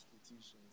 institutions